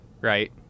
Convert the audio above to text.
Right